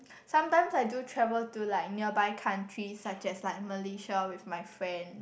sometimes I do travel to like nearby countries such as like malaysia with my friend